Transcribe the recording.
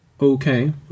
Okay